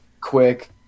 quick